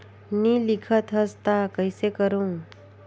नी लिखत हस ता कइसे करू?